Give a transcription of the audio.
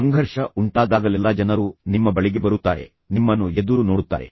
ಸಂಘರ್ಷ ಉಂಟಾದಾಗಲೆಲ್ಲಾ ಜನರು ನಿಮ್ಮ ಬಳಿಗೆ ಬರುತ್ತಾರೆ ಅವರು ನಿಮ್ಮನ್ನು ಎದುರು ನೋಡುತ್ತಾರೆ